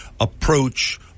approach